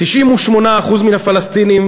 98% מן הפלסטינים,